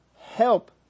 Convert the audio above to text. help